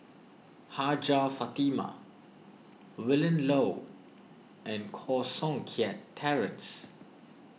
Hajjah Fatimah Willin Low and Koh Seng Kiat Terence